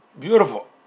beautiful